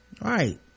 right